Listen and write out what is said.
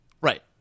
right